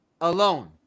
alone